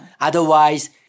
Otherwise